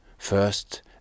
First